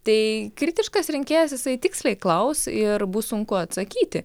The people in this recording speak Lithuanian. tai kritiškas rinkėjas jisai tiksliai klaus ir bus sunku atsakyti